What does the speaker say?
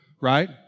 right